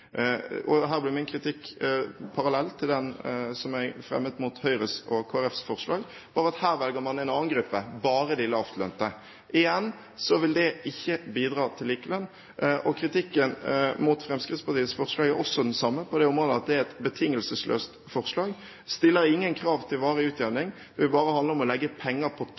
at her velger man en annen gruppe: bare de lavtlønte. Igjen: Det vil ikke bidra til likelønn. Og kritikken mot Fremskrittspartiets forslag er også den samme, på den måten at det er et betingelsesløst forslag, stiller ingen krav til varig utjevning og vil bare handle om å legge penger på